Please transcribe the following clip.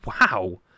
Wow